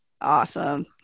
Awesome